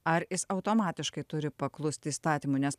ar jis automatiškai turi paklusti įstatymui nes